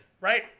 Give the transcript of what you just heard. Right